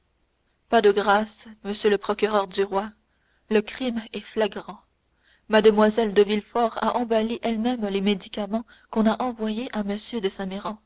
pas de grâce monsieur le procureur du roi le crime est flagrant mlle de villefort a emballé elle-même les médicaments qu'on a envoyés à m de